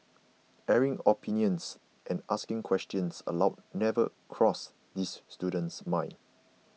airing opinions and asking questions aloud never crossed this student's mind